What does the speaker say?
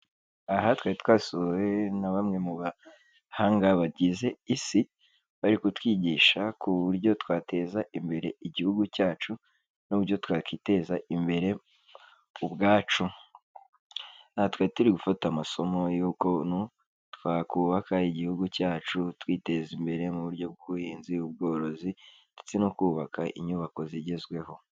Aha twari twasuwe na bamwe mu bahanga bagize isi, bari kutwigisha ku buryo twateza imbere igihugu cyacu n'uburyo twakwiteza imbere ubwacu, aha twari turi gufata amasomo y'ukuntu twakubaka igihugu cyacu, twiteza imbere mu buryo bw'ubuhinzi, ubworozi ndetse no kubaka inyubako zigezweho.